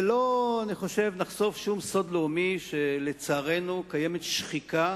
ולא נחשוף שום סוד לאומי, לצערנו קיימת שחיקה